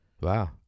Wow